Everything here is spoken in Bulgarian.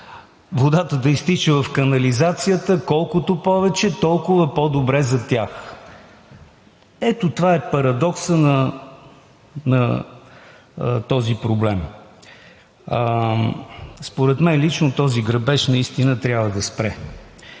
водата да изтича в канализацията – колкото повече, толкова по-добре за тях. Ето това е парадоксът на този проблем. Според мен лично този грабеж трябва да спре.